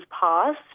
passed